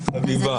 חביבה.